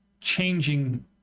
changing